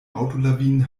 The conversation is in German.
autolawinen